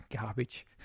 Garbage